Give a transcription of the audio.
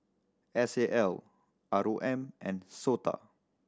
S A L R O M and SOTA